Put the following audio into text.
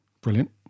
Brilliant